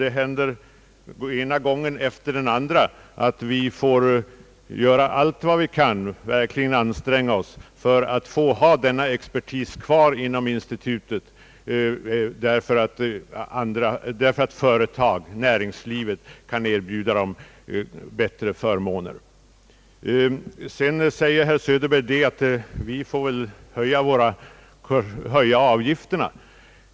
Det händer gång efter annan att vi har verkliga problem med att behålla denna expertis, enär företag inom näringslivet konkurrerar med bättre förmåner. Herr Söderberg säger att vi kan höja avgifterna.